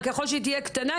ככול שהיא תהיה קטנה,